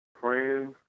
friends